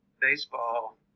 Baseball